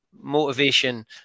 motivation